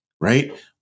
right